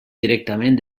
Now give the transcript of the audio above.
directament